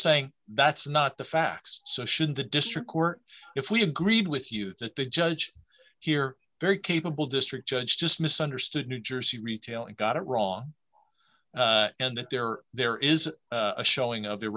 saying that's not the facts so should the district court if we agreed with you that the judge here very capable district judge just misunderstood new jersey retailer got it wrong and that there are there is a showing of the